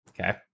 Okay